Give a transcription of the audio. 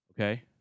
Okay